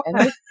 Okay